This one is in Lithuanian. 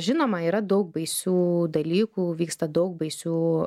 žinoma yra daug baisių dalykų vyksta daug baisių